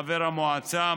חבר מועצה,